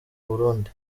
burundi